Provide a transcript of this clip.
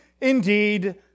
indeed